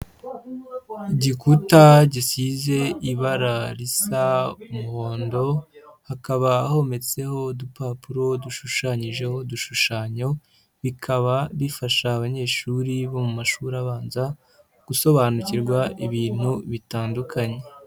Igikuta gisize ibara risa umuhondo, hakaba hometseho udupapuro dushushanyijeho udushushanyo, bikaba rifasha abanyeshuri bo mu mashuri abanza gusobanukirwa ibintu bitandukanye.